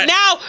now